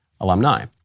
alumni